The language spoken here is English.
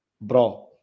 bro